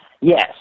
Yes